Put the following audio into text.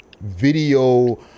video